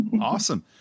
Awesome